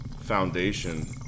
foundation